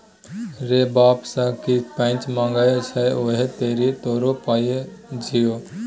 रे बाप सँ की पैंच मांगय छै उहो तँ तोरो पाय छियौ